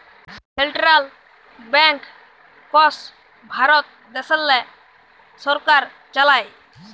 central banks Bharat দ্যাশেল্লে সরকার চালায়